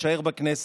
תישאר בכנסת.